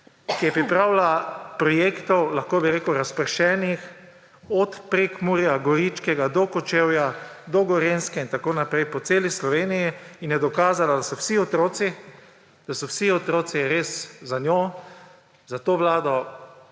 pripravila je projekte, lahko bi rekel, razpršenih od Prekmurja, Goričkega, do Kočevja, do Gorenjske in tako naprej, po celi Sloveniji in je dokazala, da so vsi otroci res za njo, za to vlado